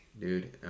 dude